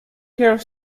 care